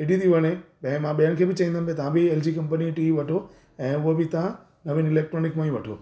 एॾी थी वणे त भई मां ॿियनि खे बि चईंदुमि की तव्हां बि एल जी कंपनीअ जी टी वी वठो ऐं उहा बि तव्हां नवीन एलेक्ट्रॉनिक मां ई वठो